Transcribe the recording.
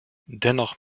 dennoch